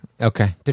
Okay